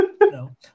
No